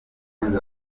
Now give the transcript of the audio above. ubumwe